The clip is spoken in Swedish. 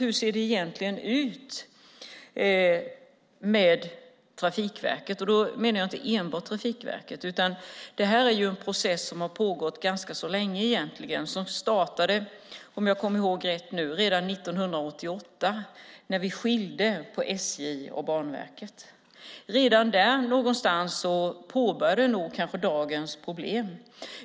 Hur ser det egentligen ut med Trafikverket? Jag menar då inte bara själva Trafikverket utan hela resultatet av den process som startade 1988, om jag minns rätt, då vi skilde SJ och Banverket. Redan där någonstans påbörjades dagens problem.